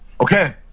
Okay